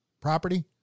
property